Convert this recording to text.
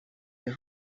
est